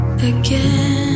Again